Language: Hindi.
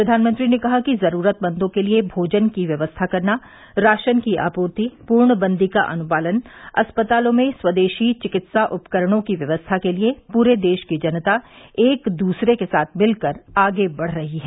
प्रधानमंत्री ने कहा कि जरूरतमंदों के लिए भोजन की व्यवस्था करना राशन की आपूर्ति पूर्णबंदी का अनुपालन अस्पतालों में स्वदेशी चिकित्सा उपकरणों की व्यवस्था के लिए पूरे देश की जनता एक दूसरे के साथ मिलकर आगे बढ़ रही है